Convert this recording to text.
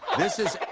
this is